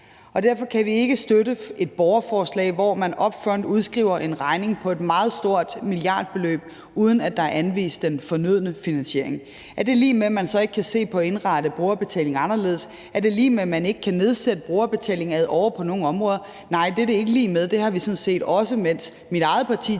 Derfor kan vi ikke støtte et borgerforslag, hvor man up front udskriver en regning på et meget stort milliardbeløb, uden at der er anvist den fornødne finansiering. Er det lig med, at man så ikke kan se på at indrette brugerbetalingen anderledes? Er det lig med, at man ikke kan nedsætte brugerbetalingen ad åre på nogle områder? Nej, det er det ikke lig med. Vi har sådan set også tidligere, mens mit eget parti